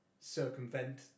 circumvent